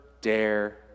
dare